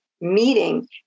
meeting